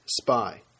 Spy